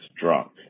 drunk